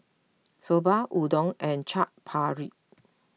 Soba Udon and Chaat Papri